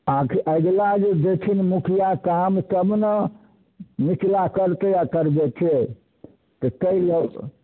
आओर कि अगिला जे देथिन मुखिआ काम तब ने निचला करतै आओर करबेतै तऽ ताहि लऽ कऽ